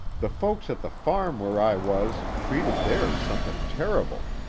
the folks at the farm where i was treated theirs somethin' terrible.